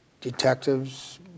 detectives